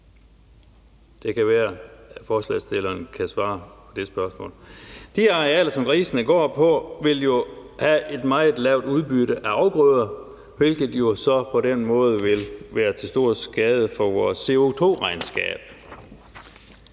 Det kan være, at forslagsstillerne kan svare på det spørgsmål. De her arealer, som grisene går på, vil have et meget lavt udbytte af afgrøder, hvilket jo så på den måde vil være til stor skade for vores CO2-regnskab.